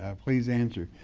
ah please answer.